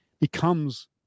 becomes